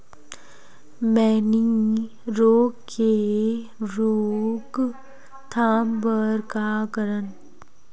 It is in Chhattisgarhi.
मैनी रोग के रोक थाम बर का करन?